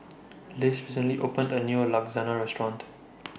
Liz recently opened A New Restaurant